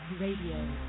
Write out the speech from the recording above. Radio